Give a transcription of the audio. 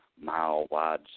mile-wide